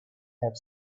have